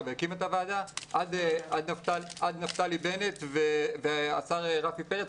והקים את הוועדה ועד נפתלי בנט והשר רפי פרץ.